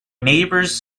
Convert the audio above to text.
neighbour’s